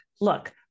Look